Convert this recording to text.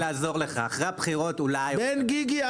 תן לי לעזור לך אחרי הבחירות אולי -- גיגי,